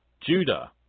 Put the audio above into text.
Judah